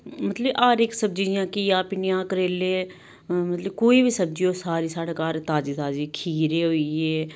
मतलब कि हर इक सब्जी जियां घिया भिंडियां करेले मतलब कोई बी सब्जी होऐ सारी साढ़े घर ताजी ताजी खीरे होई गे